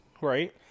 right